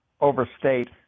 overstate